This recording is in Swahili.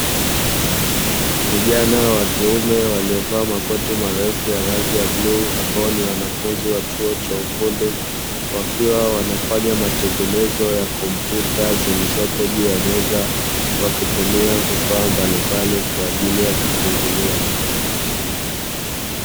Vijana wa kiume waliovaa makoti marefu ya rangi ya bluu ambayo ni wanafunzi wa chuo cha ufundi, wakiwa wanafanya matengenezo ya kompyuta zilizopo juu ya meza, wakitumia vifaa mbalimbali kwa ajili ya kufungulia.